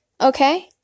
Okay